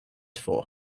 for